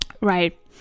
right